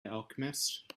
alchemist